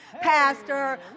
pastor